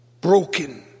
broken